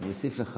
אני אוסיף לך